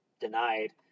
denied